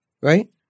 Right